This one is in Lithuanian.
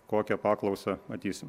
kokią paklausą matysim